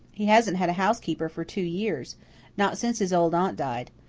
he hasn't had a housekeeper for two years not since his old aunt died.